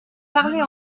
parler